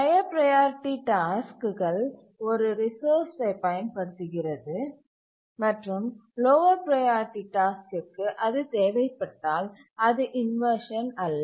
higher priority task ஒரு ரிசோர்ஸ்சை பயன்படுத்துகிறது மற்றும் லோவர் ப்ரையாரிட்டி டாஸ்க்கிற்கு அது தேவைப்பட்டால் அது இன்வர்ஷன் அல்ல